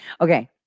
Okay